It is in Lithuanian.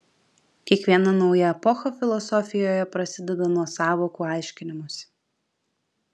kiekviena nauja epocha filosofijoje prasideda nuo sąvokų aiškinimosi